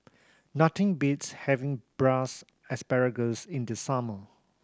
nothing beats having Braised Asparagus in the summer